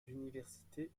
l’université